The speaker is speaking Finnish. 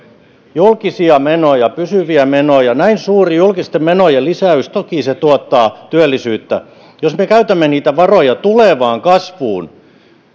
julkisia menoja pysyviä menoja toki näin suuri julkisten menojen lisäys tuottaa työllisyyttä jos me käytämme niitä varoja tulevaan kasvuun